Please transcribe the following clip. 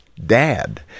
Dad